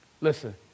Listen